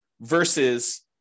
versus